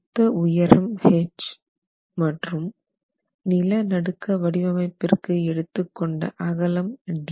மொத்த உயரம் h மற்றும் நிலநடுக்க வடிவமைப்பிற்கு எடுத்துக் கொண்ட அகலம் d